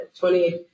20